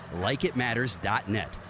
LikeItMatters.net